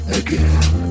again